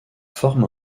forme